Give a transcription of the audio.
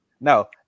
no